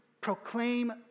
proclaim